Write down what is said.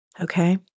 okay